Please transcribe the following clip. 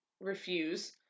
refuse